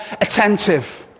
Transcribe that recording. attentive